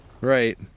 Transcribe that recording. Right